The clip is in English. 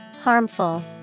Harmful